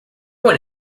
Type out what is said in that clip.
one